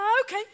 Okay